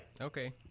Okay